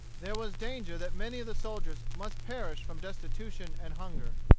there was danger that many of the soldiers must perish from destitution and hunger.